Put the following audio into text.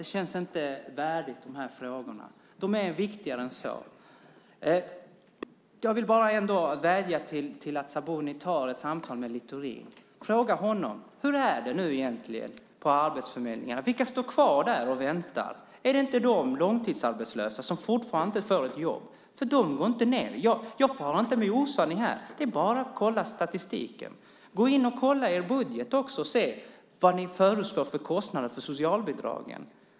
Det känns inte värdigt i de här frågorna. De är viktigare än så. Jag vill bara vädja till Sabuni att ta ett samtal med Littorin. Fråga honom: Hur är det egentligen på arbetsförmedlingarna? Vilka står kvar där och väntar? Är det inte de långtidsarbetslösa som fortfarande inte får ett jobb? Jag far inte med osanning här. Det är bara att kolla statistiken. Gå in och kolla i er budget också och se vad ni räknar med för kostnader för socialbidragen.